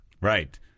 Right